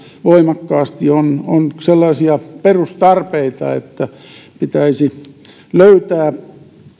voimakkaasti ovat sellaisia perustarpeita että pitäisi löytää